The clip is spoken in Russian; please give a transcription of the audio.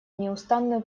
неустанную